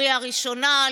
קריאה ראשונה,